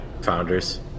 Founders